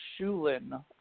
Shulin